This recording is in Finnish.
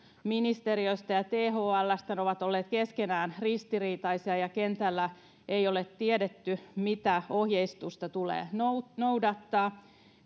ministeriöstä ja thlstä ohjeistukset ovat olleet keskenään ristiriitaisia ja kentällä ei ole tiedetty mitä ohjeistusta tulee noudattaa